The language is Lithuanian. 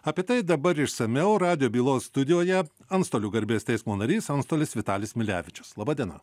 apie tai dabar išsamiau radijo bylos studijoje antstolių garbės teismo narys antstolis vitalis milevičius laba diena